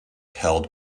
held